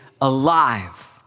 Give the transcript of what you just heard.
alive